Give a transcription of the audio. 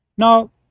Now